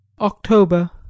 October